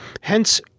Hence